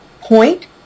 point